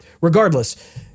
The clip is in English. Regardless